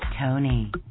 Tony